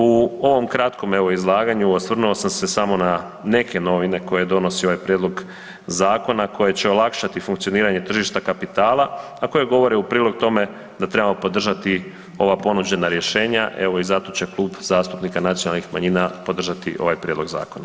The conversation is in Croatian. U ovom kratkom evo izlaganju osvrnuo sam se samo na neke novine koje donosi ovaj prijedlog zakona koje će olakšati funkcioniranje tržišta kapitala, a koja govore u prilog tome da trebamo podržati ova ponuđena rješenja, evo i zato će Klub zastupnika nacionalnih manjina podržati ovaj prijedlog zakona.